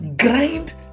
Grind